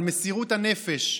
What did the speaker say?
על מסירות הנפש,